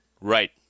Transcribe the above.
Right